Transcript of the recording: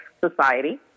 society